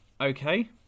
okay